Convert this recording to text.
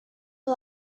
who